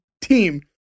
team